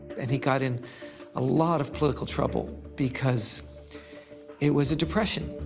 and he got in a lot of political trouble, because it was a depression,